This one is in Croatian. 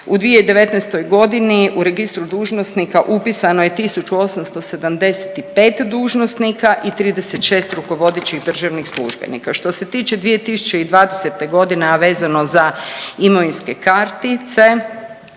U 2019. godini u registru dužnosnika upisano je 1.875 dužnosnika i 36 rukovodećih državnih službenika. Što se tiče 2020. godine, a vezano za imovinske kartice